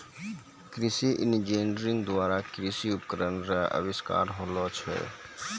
कृषि इंजीनियरिंग द्वारा कृषि उपकरण रो अविष्कार होलो छै